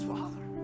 Father